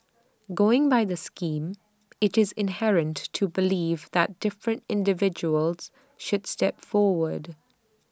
going by the scheme IT is inherent to believe that different individuals should step forward